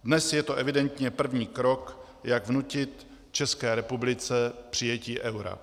Dnes je to evidentně první krok, jak vnutit České republice přijetí eura.